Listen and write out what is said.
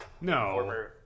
No